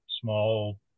small